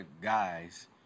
guys